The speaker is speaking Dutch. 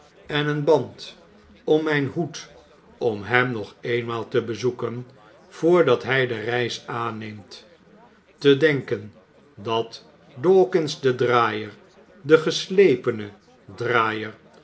en een band om mijn hoed om hem nog eenmaal te bezoeken voordat hij de reis aanneemt te denken dat dawkins de draaier de geslepene draaier